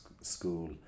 school